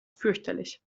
fürchterlich